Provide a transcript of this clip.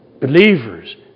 Believers